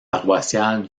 paroissiale